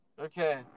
Okay